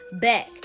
back